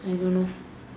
I don't know